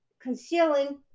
concealing